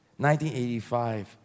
1985